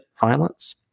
violence